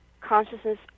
consciousness